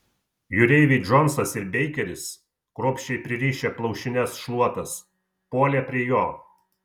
jūreiviai džonsas ir beikeris kruopščiai pririšę plaušines šluotas puolė prie jo